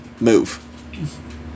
move